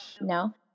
No